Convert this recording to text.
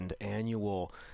Annual